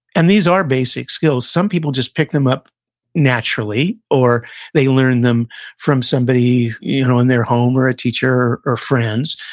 and these are basic skills, some people just pick them up naturally, or they learned them from somebody you know in their home or a teacher or friends,